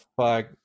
fuck